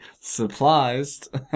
surprised